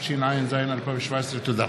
17), התשע"ז 2017. תודה.